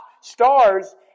stars